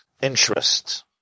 interest